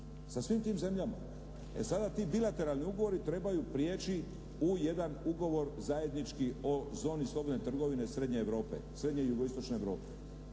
sa svim tim zemljama. E sada ti bilateralni ugovori trebaju prijeći u jedan ugovor zajednički o zoni slobodne trgovine srednje Europe,